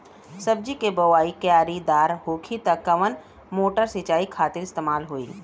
सब्जी के बोवाई क्यारी दार होखि त कवन मोटर सिंचाई खातिर इस्तेमाल होई?